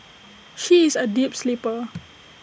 she is A deep sleeper